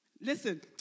Listen